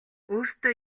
өөрсдөө